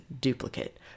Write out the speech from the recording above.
duplicate